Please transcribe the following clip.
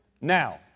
Now